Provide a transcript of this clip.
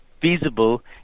feasible